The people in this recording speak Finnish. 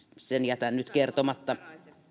sen jätän nyt kertomatta